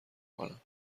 کنم